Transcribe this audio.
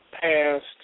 passed